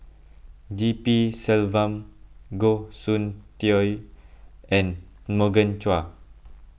G P Selvam Goh Soon Tioe and Morgan Chua